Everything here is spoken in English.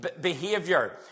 behavior